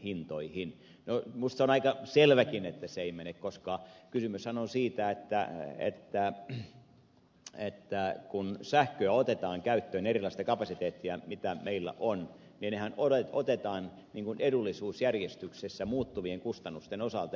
minusta on aika selväkin että se ei mene koska kysymyshän on siitä että kun sähköä otetaan käyttöön erilaista kapasiteettia mitä meillä on niin sitähän otetaan edullisuusjärjestyksessä muuttuvien kustannusten osalta